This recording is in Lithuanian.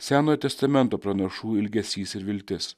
senojo testamento pranašų ilgesys ir viltis